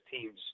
teams –